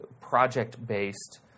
project-based